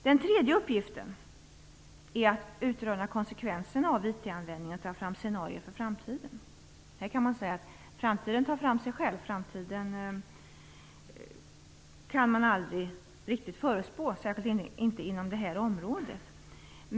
Den tredje uppgiften är att utreda konsekvenserna av IT-användningen och ta fram scenarier för framtiden. Här kan man säga att framtiden tar fram sig själv. Den kan man aldrig riktigt förutspå, särskilt inte inom detta område.